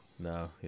No